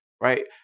right